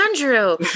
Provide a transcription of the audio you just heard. Andrew